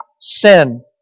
sin